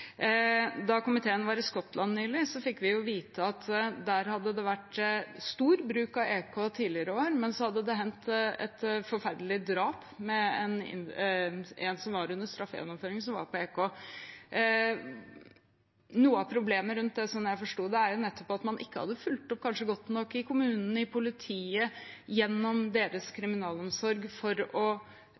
Da komiteen var i Skottland nylig, fikk vi vite at det hadde vært stor bruk av EK tidligere år, men så hadde det vært et forferdelig drap med en som var under straffegjennomføring på EK. Noe av problemet rundt det, slik jeg forsto det, var nettopp at man kanskje ikke hadde fulgt opp godt nok i kommunene og politiet gjennom kriminalomsorgen for å